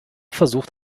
versucht